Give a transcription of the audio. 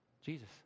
Jesus